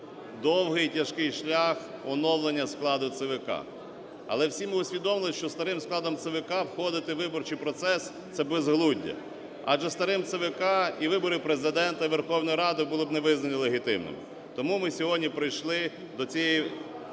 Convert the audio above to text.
довгий, тяжкий шлях оновлення складу ЦВК. Але всі ми усвідомили, що зі старим складом ЦВК входити у виборчій процес – це безглуздя. Адже із старим ЦВК і вибори Президента, Верховної Ради були б не визнані легітимними. Тому ми сьогодні прийшли до цієї хвилини,